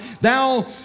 Thou